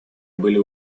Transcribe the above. были